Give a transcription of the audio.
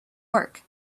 work